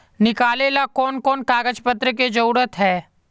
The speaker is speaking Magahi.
निकाले ला कोन कोन कागज पत्र की जरूरत है?